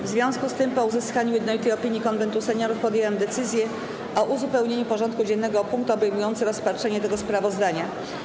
W związku z tym, po uzyskaniu jednolitej opinii Konwentu Seniorów, podjęłam decyzję o uzupełnieniu porządku dziennego o punkt obejmujący rozpatrzenie tego sprawozdania.